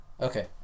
Okay